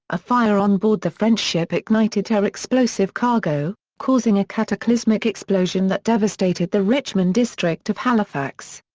a fire on board the french ship ignited her explosive cargo, causing a cataclysmic explosion that devastated the richmond district of halifax.